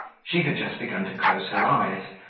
she had just begun to close her eyes,